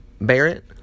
Barrett